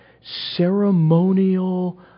ceremonial